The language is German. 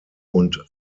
und